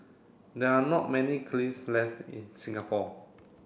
there are not many left in Singapore